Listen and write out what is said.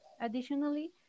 Additionally